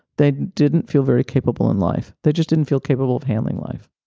they didn't feel very capable in life. they just didn't feel capable of handling life.